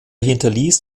hinterließ